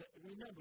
Remember